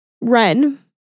Ren